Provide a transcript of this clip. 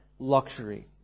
luxury